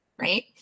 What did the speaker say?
Right